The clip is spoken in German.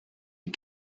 die